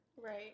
Right